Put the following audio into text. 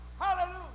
Hallelujah